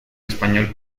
español